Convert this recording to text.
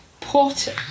put